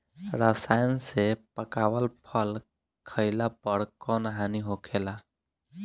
रसायन से पकावल फल खइला पर कौन हानि होखेला?